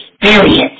experience